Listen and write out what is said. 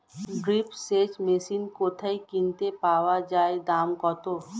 Drip সেচ machine কোথায় কিনতে পাওয়া যায় দাম কত?